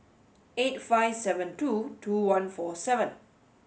eight five seven two two one four seven